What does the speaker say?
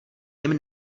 jim